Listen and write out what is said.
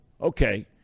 okay